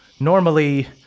Normally